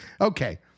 Okay